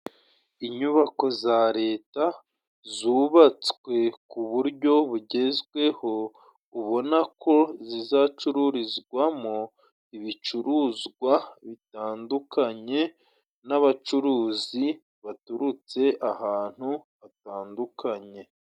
Inyubako za Leta zubatswe ku buryo bugezweho, ubonako zizacururizwamo ibicuruzwa bitandukanye n'abacuruzi baturutse ahantu hatandukanye.